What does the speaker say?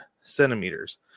centimeters